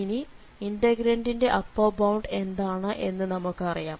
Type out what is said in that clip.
ഇനി ഇന്റഗ്രന്റിന്റെ upper bound എന്താണ് എന്ന് നമുക്ക് അറിയാം